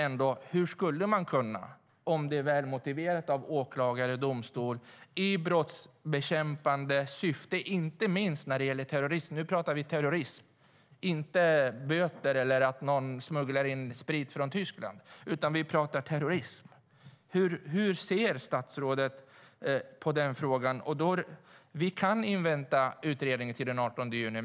Men hur skulle man kunna göra, om det är välmotiverat av åklagare och domstol, i brottsbekämpande syfte - inte minst när det gäller terrorism? Nu pratar vi ju om terrorism, inte om böter eller att någon smugglar in sprit från Tyskland, utan vi pratar om terrorism. Hur ser statsrådet på den frågan? Vi kan vänta tills utredningen kommer den 18 juni.